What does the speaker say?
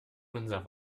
unser